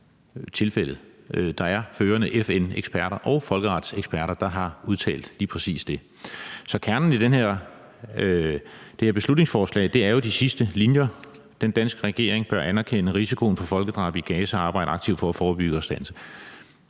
Der er førende FN-eksperter og folkeretseksperter, der har udtalt lige præcis det. Så kernen i det her beslutningsforslag er jo de sidste linjer: »Den danske regering bør anerkende risikoen for folkedrab i Gaza og arbejde aktivt for at forebygge og standse